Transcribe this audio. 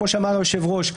כמו שאמר היושב-ראש,